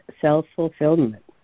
self-fulfillment